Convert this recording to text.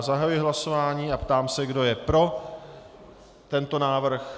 Zahajuji hlasování a táži se, kdo je pro tento návrh.